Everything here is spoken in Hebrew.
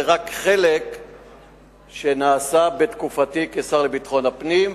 וזה רק חלק שנעשה בתקופתי כשר לביטחון הפנים,